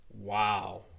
Wow